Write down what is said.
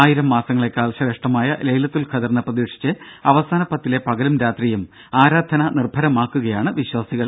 ആയിരം മാസങ്ങളേക്കാൾ ശ്രേഷ്ഠമായ ലൈലത്തുൽ ഖദറിനെ പ്രതീക്ഷിച്ച് അവസാനപത്തിലെ പകലും രാത്രിയും ആരാധനാ നിർഭരമാക്കുകയാണ് വിശ്വാസികൾ